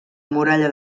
muralla